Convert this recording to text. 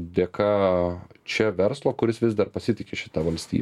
dėka čia verslo kuris vis dar pasitiki šita valstybe